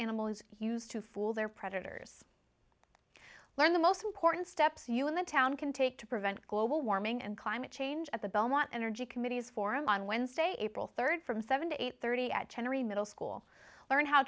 animal is used to fool their predators learn the most important steps you in the town can take to prevent global warming and climate change at the belmont energy committee's forum on wednesday april rd from seven to eight hundred and thirty at generally middle school learn how